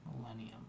Millennium